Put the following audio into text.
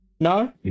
No